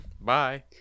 Bye